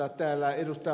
täällä ed